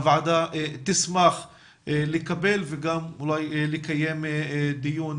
הוועדה תשמח לקבל וגם אולי לקיים דיון